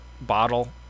bottle